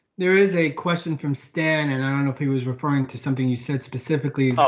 there is a question from stan and i don't know if he was referring to something you said specifically.